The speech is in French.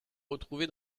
retrouver